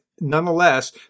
nonetheless